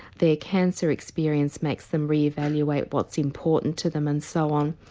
their cancer experience makes them re-evaluate what's important to them and so on,